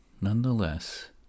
nonetheless